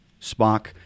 Spock